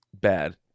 bad